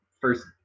first